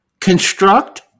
Construct